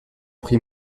prix